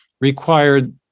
required